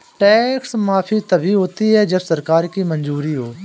tax माफी तभी होती है जब सरकार की मंजूरी हो